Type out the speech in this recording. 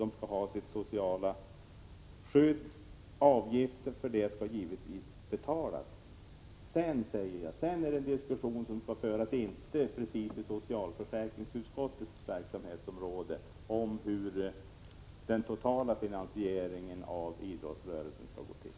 De skall ha sitt sociala skydd, och avgifter för det skall givetvis betalas. Sedan är det en annan fråga, som inte precis hör hemma inom socialförsäkringsutskottets verksamhetsområde, hur den totala finansieringen av idrottsrörelsen skall gå till.